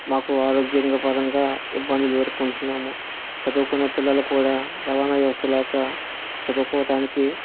మాకు ఆరోగ్యపరంగా ఇబ్బందులు ఎదుర్కొంటున్నాము చదువుకునే పిల్లలు కూడా రవాణ వ్యవస్థ లేక చదుకోవటానికి